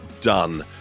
done